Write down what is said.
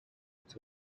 its